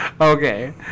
Okay